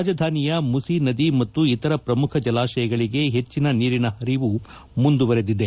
ರಾಜಧಾನಿಯ ಮುಸಿ ನದಿ ಮತ್ತು ಇತರ ಪ್ರಮುಖ ಜಲಾಶಯಗಳಿಗೆ ಹೆಚ್ಚನ ನೀರಿನ ಹರಿವು ಮುಂದುವರೆದಿದೆ